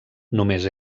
només